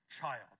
child